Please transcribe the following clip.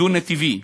דו-נתיבי,